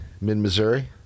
mid-Missouri